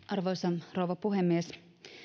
arvoisa rouva puhemies